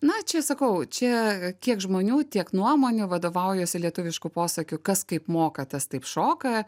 na čia sakau čia kiek žmonių tiek nuomonių vadovaujasi lietuvišku posakiu kas kaip moka tas taip šoka